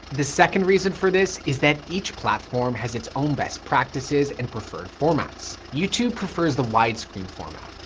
the second reason for this is that each platform has its own best practices and preferred formats. youtube prefers the widescreen format,